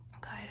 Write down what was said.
Good